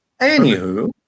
Anywho